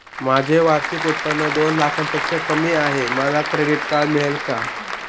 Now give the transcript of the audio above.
माझे वार्षिक उत्त्पन्न दोन लाखांपेक्षा कमी आहे, मला क्रेडिट कार्ड मिळेल का?